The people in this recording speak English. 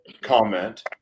comment